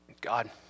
God